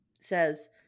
says